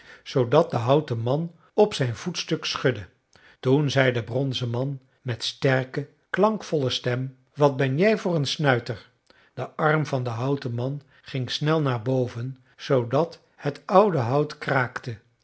zoodat de houten man op zijn voetstuk schudde toen zei de bronzen man met sterke klankvolle stem wat ben jij voor een snuiter de arm van den houten man ging snel naar boven zoodat het oude hout kraakte